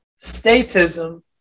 statism